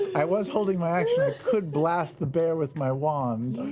i was holding my action i could blast the bear with my wand.